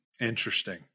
Interesting